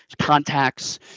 contacts